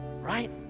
right